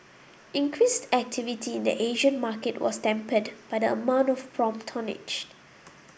increased activity in the Asian market was tempered by the amount of prompt tonnage